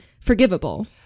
forgivable